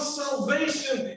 salvation